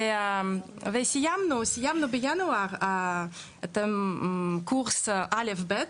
וסיימנו בינואר את קורס א' ו-ב'.